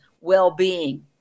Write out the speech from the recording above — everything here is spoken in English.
well-being